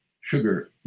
sugar